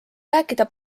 rääkida